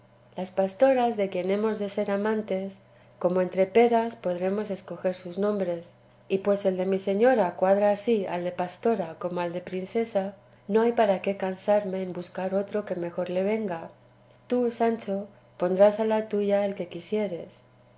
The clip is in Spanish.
las pastoras de quien hemos de ser amantes como entre peras podremos escoger sus nombres y pues el de mi señora cuadra así al de pastora como al de princesa no hay para qué cansarme en buscar otro que mejor le venga tú sancho pondrás a la tuya el que quisieres